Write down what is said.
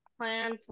plan